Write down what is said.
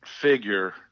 figure